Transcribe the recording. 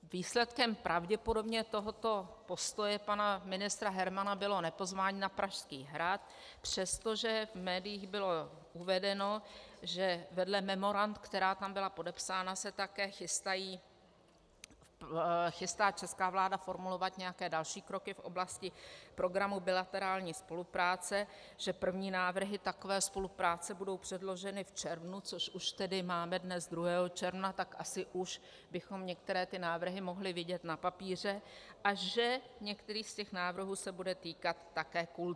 Výsledkem pravděpodobně tohoto postoje pana ministra Hermana bylo nepozvání na Pražský hrad, přestože v médiích bylo uvedeno, že vedle memorand, která tam byla podepsána, se také chystá česká vláda formulovat nějaké další kroky v oblasti programu bilaterální spolupráce, že první návrhy takové spolupráce budou předloženy v červnu což už tedy máme dnes 2. června, tak asi už bychom některé ty návrhy mohli vidět na papíře a že některý z těch návrhů se bude týkat také kultury.